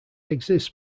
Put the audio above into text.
exists